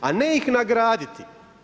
A ne ih nagraditi.